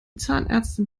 zahnärztin